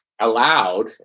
allowed